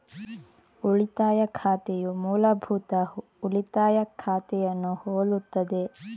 ಉಳಿತಾಯ ಖಾತೆಯು ಮೂಲಭೂತ ಉಳಿತಾಯ ಖಾತೆಯನ್ನು ಹೋಲುತ್ತದೆ